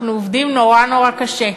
אנחנו עובדים נורא נורא קשה.